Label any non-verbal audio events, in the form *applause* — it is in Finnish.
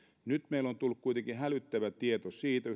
nyt meillä on tullut kuitenkin hälyttävä tieto siitä *unintelligible*